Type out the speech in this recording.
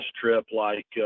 trip-like